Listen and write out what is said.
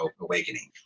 awakening